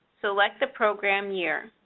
select the program year.